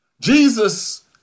Jesus